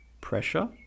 pressure